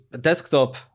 desktop